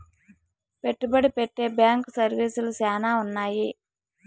పెట్టుబడి పెట్టే బ్యాంకు సర్వీసులు శ్యానా ఉన్నాయి